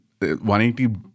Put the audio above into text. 180